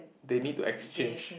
they need to exchange